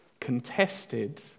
Contested